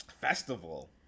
festival